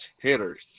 hitters